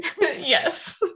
yes